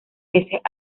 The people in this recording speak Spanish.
veces